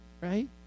right